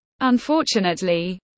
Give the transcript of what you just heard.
Unfortunately